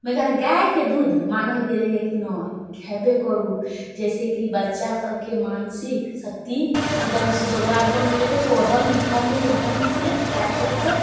मगर गायके दूध मानल गेलैए कि नहि खेबे करू जाहिसँ कि बच्चा सभके मानसिक शक्ति एकदमसँ बरुआर बनल जेतै पढ़य लिखयमे एकदमसँ टाइट रहतै